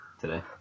Today